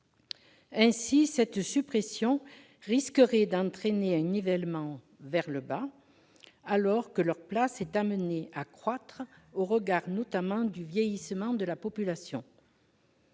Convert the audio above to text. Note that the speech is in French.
Ainsi, cette suppression risquerait d'entraîner un nivellement vers le bas, alors que la place des orthophonistes est amenée à croître, au regard notamment du vieillissement de la population.